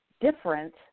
different